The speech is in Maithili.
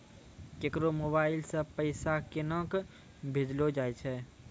केकरो मोबाइल सऽ पैसा केनक भेजलो जाय छै?